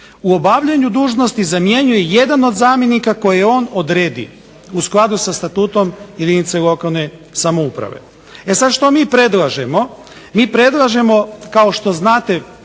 u obavljanju dužnosti zamjenjuje jedan od zamjenika koje on odredi u skladu sa statutom jedinice lokalne samouprave. E sad što mi predlažemo? Mi predlažemo kao što znate,